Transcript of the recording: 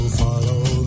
follow